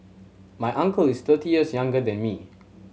my uncle is thirty years younger than me